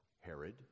Herod